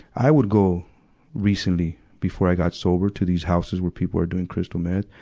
i would go recently, before i got sober to these houses where people were doing crystal meth.